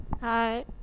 hi